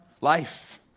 life